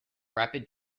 rapid